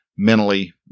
mentally